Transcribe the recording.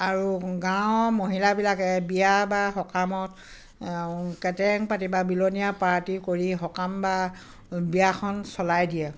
আৰু গাঁৱৰ মহিলাবিলাকে বিয়া বা সকামত কেটেৰেং পাৰ্টি বা বিলনীয়া পাৰ্টি কৰি সকাম বা বিয়াখন চলাই দিয়ে